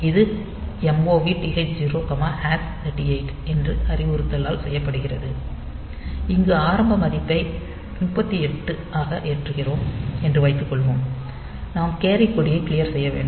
இது MOV TH0 38h என்ற அறிவுறுத்தலால் செய்யப்படுகிறது இங்கு ஆரம்ப மதிப்பை 38h ஆக ஏற்றுவோம் என்று வைத்துக்கொள்வோம் நாம் கேரி கொடியை க்ளியர் செய்ய வேண்டும்